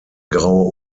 graue